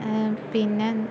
പിന്നെ